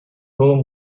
room